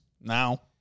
now